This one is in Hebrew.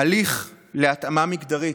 הליך להתאמה מגדרית,